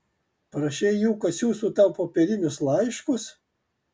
prašei jų kad siųstų tau popierinius laiškus